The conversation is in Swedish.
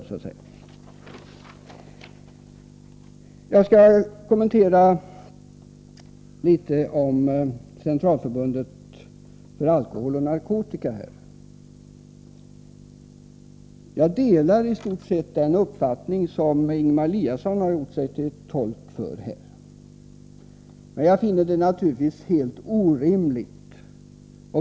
Jag skall göra några kommentarer när det gäller Centralförbundet för alkoholoch narkotikaupplysning. Jag delar i stort sett den uppfattning som Ingemar Eliasson här har gjort sig till tolk för.